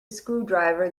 screwdriver